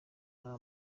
nta